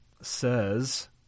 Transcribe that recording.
says